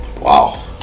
Wow